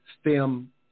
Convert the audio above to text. STEM